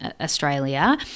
Australia